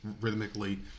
rhythmically